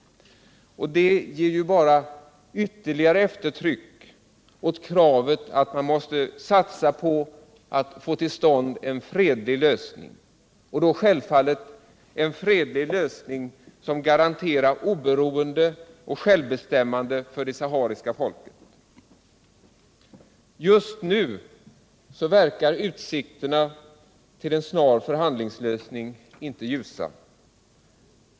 Det ger ju bara ytterligare eftertryck åt kravet att man måste satsa på att få till stånd en fredlig lösning — då självfallet en fredlig lösning som garanterar oberoende och självbestämmande för det sahariska folket. Just nu verkar utsikterna till en snar förhandlingslösning inte ljusa.